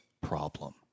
problem